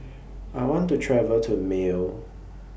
I want to travel to Male